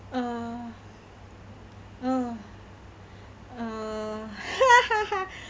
uh oh uh